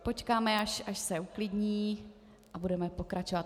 Počkáme, až se uklidní a budeme pokračovat.